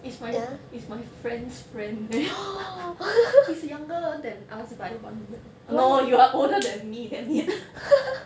is my is my friend's friend leh he's younger than us by one year no you are older than me damn it